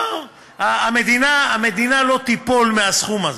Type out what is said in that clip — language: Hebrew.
המדינה לא תיפול מהסכום הזה.